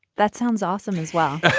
that sounds awesome as well.